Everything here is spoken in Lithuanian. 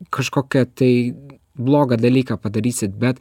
kažkokia tai blogą dalyką padarysi bet